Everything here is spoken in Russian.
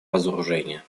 разоружения